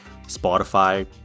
Spotify